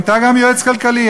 מינתה גם יועץ כלכלי,